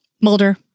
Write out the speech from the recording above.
Mulder